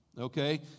Okay